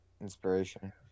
Inspiration